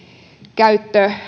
käyttö